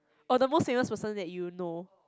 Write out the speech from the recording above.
oh the most famous person that you know